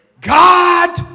God